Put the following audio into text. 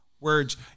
words